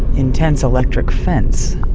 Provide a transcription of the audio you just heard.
intense electric fence.